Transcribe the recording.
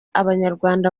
abanyarwanda